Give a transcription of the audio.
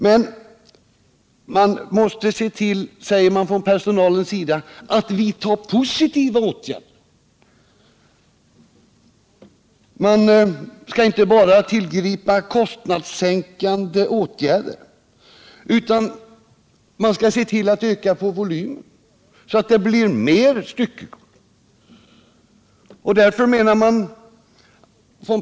Men SJ måste se till, säger personalen, att vidta positiva åtgärder — SJ skall således inte bara tillgripa kostnadssänkande åtgärder genom personalinskränkningar utan också se till att volymen ökas, så att det blir mer styckegods.